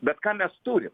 bet ką mes turim